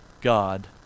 God